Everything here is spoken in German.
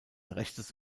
rechtes